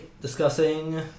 discussing